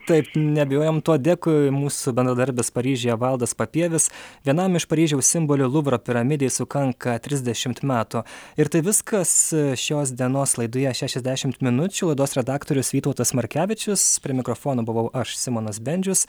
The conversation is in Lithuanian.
taip neabejojam tuo dėkui mūsų bendradarbis paryžiuje valdas papievis vienam iš paryžiaus simboliui luvro piramidei sukanka trisdešimt metų ir tai viskas šios dienos laidoje šešiasdešimt minučių laidos redaktorius vytautas markevičius prie mikrofono buvau aš simonas bendžius